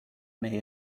may